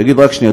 יגיד: רק שנייה,